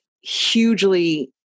hugely